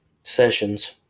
sessions